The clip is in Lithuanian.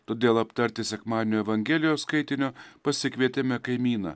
todėl aptarti sekmadienio evangelijos skaitinio pasikvietėme kaimyną